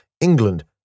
England